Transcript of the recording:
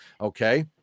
Okay